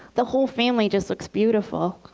the whole family just looks beautiful.